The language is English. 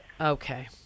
Okay